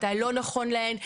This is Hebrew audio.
מתי לא נכון להן,